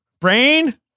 Brain